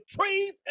trees